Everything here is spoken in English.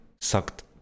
sucked